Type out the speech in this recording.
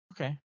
Okay